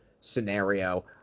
scenario